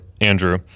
Andrew